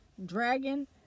dragon